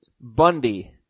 Bundy